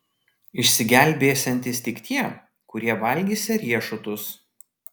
išsigelbėsiantys tik tie kurie valgysią riešutus